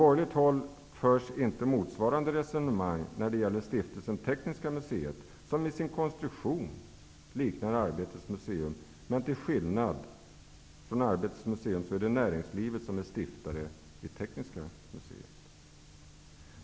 Det förs inte motsvarande resonemang från borgerligt håll när det gäller Stiftelsen Tekniska museet som i sin konstruktion liknar Arbetets museum, men till skillnad från Arbetets museum är det näringslivet som är stiftare av Tekniska museet.